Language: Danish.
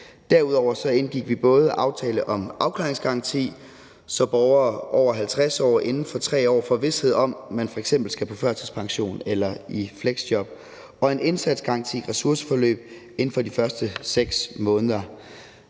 Derudover indgik vi både en aftale om afklaringsgaranti, så borgere over 50 år inden for 3 år får vished om, om man f.eks. skal på førtidspension eller i fleksjob, og indsatsgaranti i ressourceforløb inden for de første 6 måneder.